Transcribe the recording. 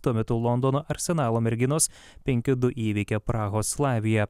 tuo metu londono arsenalo merginos penki du įveikė prahos slaviją